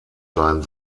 sein